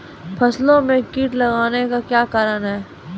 फसलो मे कीट लगने का क्या कारण है?